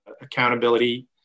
accountability